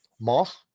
Moss